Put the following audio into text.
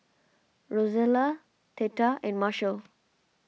Rozella theta and Marshall